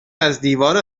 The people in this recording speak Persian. ازدیوار